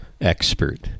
expert